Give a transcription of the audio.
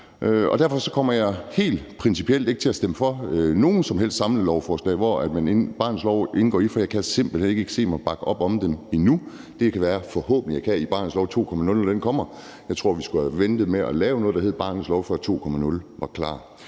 derfor kommer jeg helt principielt ikke til at stemme for noget som helst samlelovforslag, som barnets lov indgår i, for jeg kan simpelt hen ikke se mig selv bakke op om den endnu. Det kan jeg forhåbentlig i barnets lov 2.0, når den kommer. Jeg tror, at vi skulle have ventet med at lave noget, der hed barnets lov, før 2.0 var klar.